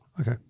Okay